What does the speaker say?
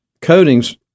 coatings